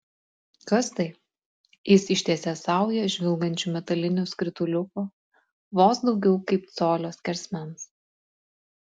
kas tai jis ištiesė saują žvilgančių metalinių skrituliukų vos daugiau kaip colio skersmens